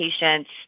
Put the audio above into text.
patients